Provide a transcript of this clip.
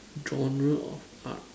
genre of art